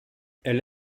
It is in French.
elle